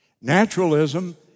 Naturalism